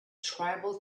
tribal